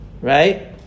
Right